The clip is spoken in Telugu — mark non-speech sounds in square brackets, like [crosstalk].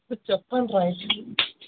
సర్ చెప్పండి [unintelligible]